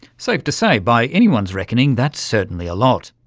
safe to say by anyone's reckoning that's certainly a lot.